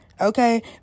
Okay